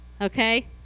okay